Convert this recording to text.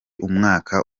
umwaka